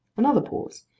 another pause.